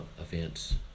events